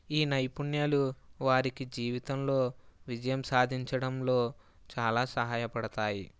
ఈ నైపుణ్యాలు వారికి జీవితంలో విజయం సాధించడంలో చాలా సహాయపడతాయి